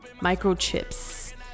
microchips